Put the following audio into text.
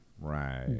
right